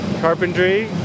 carpentry